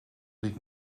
dit